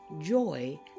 Joy